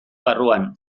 barruan